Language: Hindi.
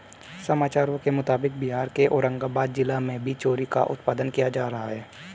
समाचारों के मुताबिक बिहार के औरंगाबाद जिला में भी चेरी का उत्पादन किया जा रहा है